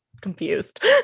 confused